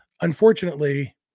unfortunately